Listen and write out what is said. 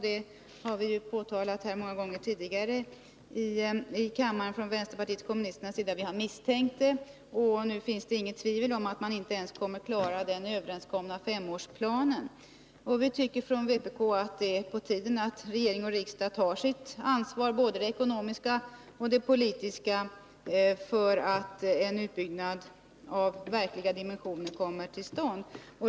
Det har vi framhållit många gånger tidigare i kammaren från vpk:s sida. Vi har misstänkt det, och nu står det klart att man inte ens kommer att klara den överenskomna femårsplanen. Vi tycker från vpk att det är på tiden att regering och riksdag tar sitt ansvar, både det ekonomiska och det politiska, för att en utbyggnad av verkliga dimensioner kommer till stånd.